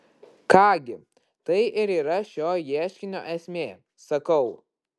ką gi tai ir yra šio ieškinio esmė sakau